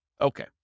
Okay